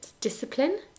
discipline